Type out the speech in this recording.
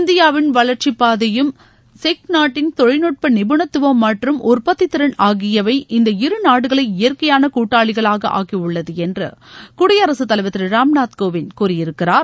இந்தியாவின் வளர்ச்சிப் பாதையும் செக் நாட்டின் தொழில்நுட்ப நிபுணத்துவம் மற்றும் உற்பத்தி திறன் ஆகியவை இந்த இரு நாடுகளை இயற்கையான கூட்டாளிகளாக ஆக்கியுள்ளது என்று குடியரசுத்தலைவர் திரு ராம் நாத் கோவிந்த் கூறியிருக்கிறார்